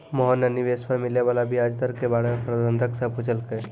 मोहन न निवेश पर मिले वाला व्याज दर के बारे म प्रबंधक स पूछलकै